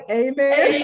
amen